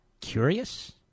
Curious